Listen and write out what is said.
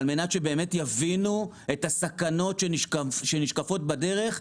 על מנת שבאמת יבינו את הסכנות שנשקפות בדרך,